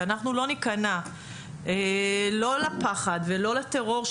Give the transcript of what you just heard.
שלא נכנע לפחד ולטרור,